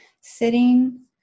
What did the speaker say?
sitting